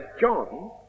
John